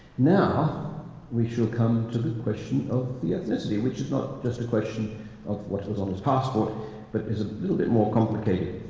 now we shall come to question of the ethnicity, which is not just a question of what was on his passport but is a little bit more complicated.